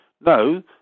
No